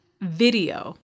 Video